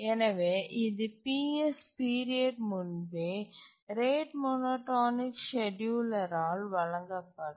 எனவே இது Ps period முன்பே ரேட் மோனோடோனிக் செட்யூலர் ஆல் வழங்கப்படும்